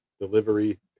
delivery